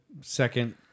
second